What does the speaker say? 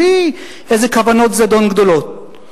בלי איזה כוונות זדון גדולות,